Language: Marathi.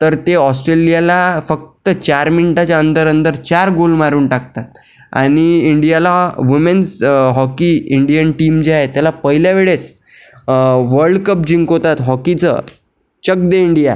तर ते ऑस्ट्रेलियाला फक्त चार मिनिटाच्या अंदर अंदर चार गोल मारून टाकतात आणि इंडियाला वुमेन्स हॉकी इंडियन टीम जी आहे त्याला पहिल्या वेळेस वर्ल्डकप जिंकवतात हॉकीचं चक दे इंडिया